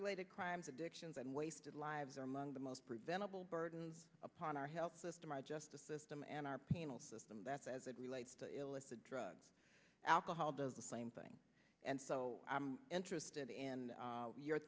related crimes addictions and wasted lives are among the most preventable burden upon our health system our justice system and our penal system as it relates to illicit drugs alcohol does the same thing and so i'm interested in